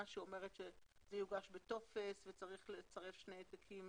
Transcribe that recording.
שאומרת שזה יוגש בטופס וצריך לצרף שני העתקים